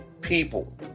people